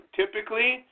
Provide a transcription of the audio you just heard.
typically